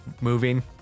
moving